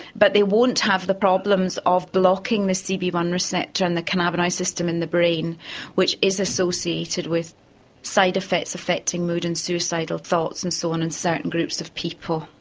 but they won't have the problems of blocking the c b one receptor and the cannabinoid system in the brain which is associated with side effects affecting mood and suicidal thoughts and so on in certain groups of people.